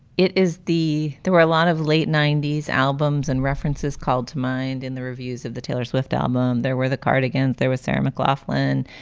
it is the there were a lot of late ninety s albums and references called to mind in the reviews of the taylor swift album. there were the cardigans. there was sarah mclachlan.